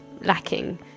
lacking